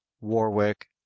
Warwick